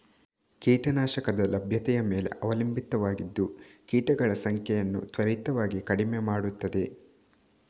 ಕೀಟ ನಾಶಕದ ಲಭ್ಯತೆಯ ಮೇಲೆ ಅವಲಂಬಿತವಾಗಿದ್ದು ಕೀಟಗಳ ಸಂಖ್ಯೆಯನ್ನು ತ್ವರಿತವಾಗಿ ಕಡಿಮೆ ಮಾಡುತ್ತದೆ